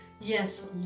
Yes